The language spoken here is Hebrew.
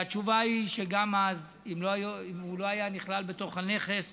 התשובה היא שגם אז, אם הוא לא היה נכלל בתוך הנכס,